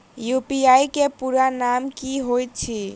UPI केँ पूरा नाम की होइत अछि?